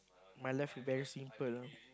my life is very simple